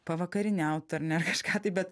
pavakarieniaut ar ne kažką tai bet